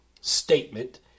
statement